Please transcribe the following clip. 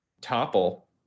topple